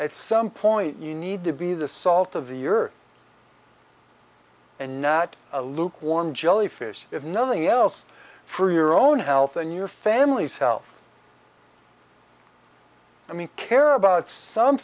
at some point you need to be the salt of the earth and not a lukewarm jellyfish if nothing else for your own health and your family's health i mean care about some